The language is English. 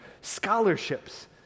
scholarships